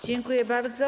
Dziękuję bardzo.